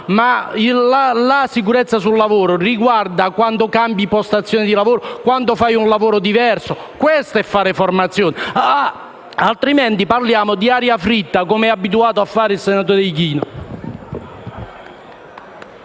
La sicurezza sul lavoro è importante quando si cambia postazione di lavoro, quando si fa un lavoro diverso: questo è fare formazione. Altrimenti parliamo di aria fritta, come è abituato a fare il senatore Ichino.